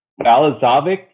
Balazovic